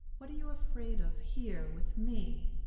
what are you afraid of here, with me?